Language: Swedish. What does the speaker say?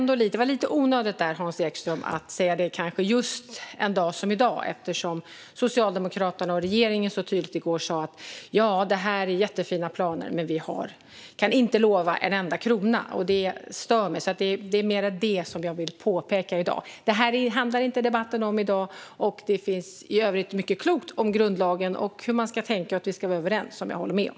Det var lite onödigt, Hans Ekström, att säga det här just en dag som i dag eftersom Socialdemokraterna och regeringen så tydligt i går sa: Ja, det här är jättefina planer, men vi kan inte lova en enda krona. Det stör mig, och det är mer det som jag vill påpeka i dag. Debatten handlar inte om det här i dag, och det finns i övrigt mycket klokt när det gäller grundlagen, hur man ska tänka och att vi ska vara överens som jag håller med om.